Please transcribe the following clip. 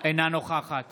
אינה נוכחת